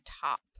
top